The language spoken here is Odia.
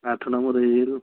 ଆଠ ନମ୍ବର ହେଇଯିବ